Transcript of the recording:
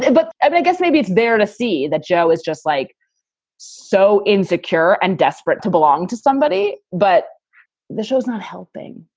and but i but guess maybe it's better to see that joe is just like so insecure and desperate to belong to somebody. but the show's not helping.